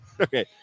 Okay